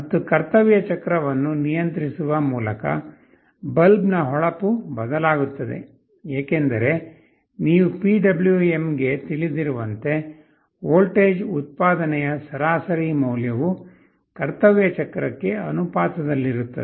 ಮತ್ತು ಕರ್ತವ್ಯ ಚಕ್ರವನ್ನು ನಿಯಂತ್ರಿಸುವ ಮೂಲಕ ಬಲ್ಬ್ನ ಹೊಳಪು ಬದಲಾಗುತ್ತದೆ ಏಕೆಂದರೆ ನೀವು PWM ಗೆ ತಿಳಿದಿರುವಂತೆ ವೋಲ್ಟೇಜ್ ಉತ್ಪಾದನೆಯ ಸರಾಸರಿ ಮೌಲ್ಯವು ಕರ್ತವ್ಯ ಚಕ್ರಕ್ಕೆ ಅನುಪಾತದಲ್ಲಿರುತ್ತದೆ